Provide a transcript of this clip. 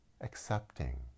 accepting